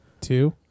two